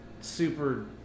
super